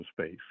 space